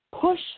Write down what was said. push